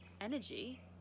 energy